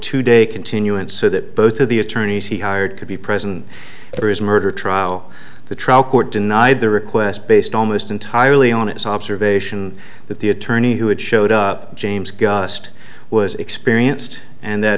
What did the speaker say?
two day continuance so that both of the attorneys he hired could be present at his murder trial the trial court denied the request based almost entirely on its observation that the attorney who had showed up james gust was experienced and that